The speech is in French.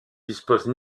dispose